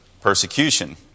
persecution